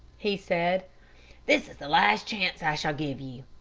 he said this is the last chance i shall give you.